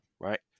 right